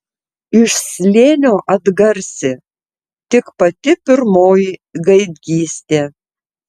iš slėnio atgarsi tik pati pirmoji gaidgystė